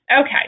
Okay